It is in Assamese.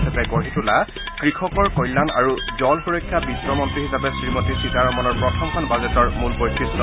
হিচাপে গঢ়ি তোলা কৃষকৰ কল্যাণ আৰু জল সুৰক্ষা বিত্ত মন্ত্ৰী হিচাপে শ্ৰীমতী সীতাৰমনৰ প্ৰথমখন বাজেটৰ মূল বৈশিষ্ট্য